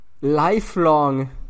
lifelong